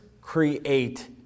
create